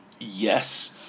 Yes